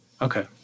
Okay